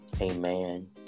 Amen